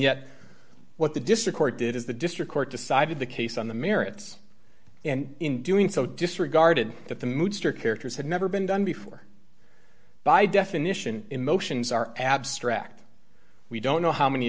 yet what the district court did is the district court decided the case on the merits and in doing so disregarded that the mood struck characters had never been done before by definition emotions are abstract we don't know how many